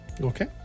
Okay